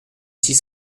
six